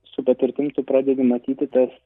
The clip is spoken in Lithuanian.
su patirtim tu pradedi matyti tas